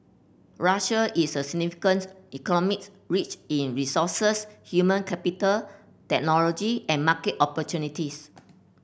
Russia is a significance economies rich in resources human capital technology and market opportunities